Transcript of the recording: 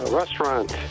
restaurant